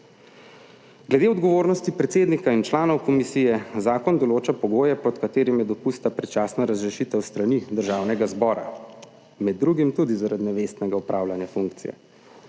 Glede odgovornosti predsednika in članov komisij zakon določa pogoje pod katerimi je dopustna predčasna razrešitev s strani Državnega zbora, med drugim tudi zaradi nevestnega opravljanja funkcije.